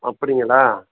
அப்படிங்களா